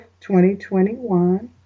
2021